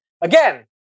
Again